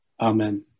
Amen